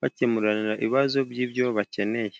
bakemurirana ibibazo by'ibyo bakeneye.